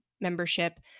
membership